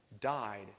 Died